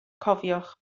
cofiwch